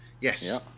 yes